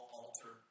altar